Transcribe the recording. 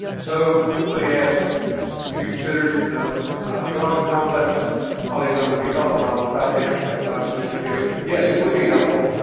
so somebody asked have you considered drawing a complex polygon would be helpful and i was about to answer that but i'll just answer it here. yes, it would be helpful